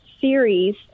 series